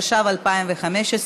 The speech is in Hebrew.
התשע"ו 2015,